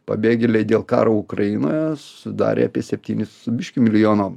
pabėgėliai dėl karo ukrainoje sudarė apie septynis su biškiu milijono